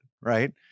right